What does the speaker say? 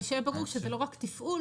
אבל שיהיה ברור שזה לא רק תפעול.